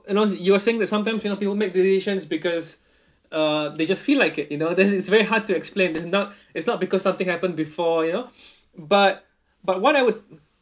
you know you're saying that sometimes you know people make decisions because uh they just feel like it you know that it's very hard to explain that is not it's not because something happened before you know but but what I would